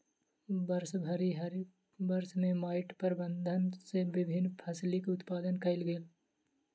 वर्षभरि वर्ष में माइट प्रबंधन सॅ विभिन्न फसिलक उत्पादन कयल गेल